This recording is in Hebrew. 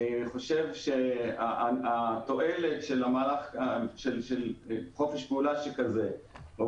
אני חושב שהתועלת של חופש פעולה שכזה או